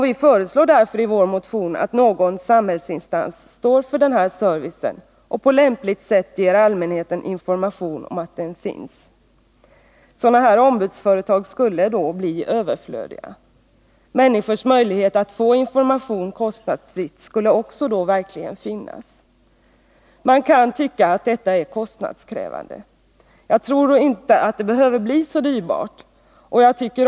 Vi föreslår därför i vår motion att någon samhällsinstans skall stå för den här servicen och på lämpligt sätt ge allmänheten information om att den finns. Sådana här ombudsföretag skulle då bli överflödiga. Och det skulle verkligen finnas möjligheter för människorna att få information kostnadsfritt. Man kan tycka att detta förslag är kostnadskrävande. Jag tror dock inte att det behöver bli så dyrbart.